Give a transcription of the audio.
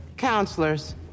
Counselors